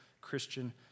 Christian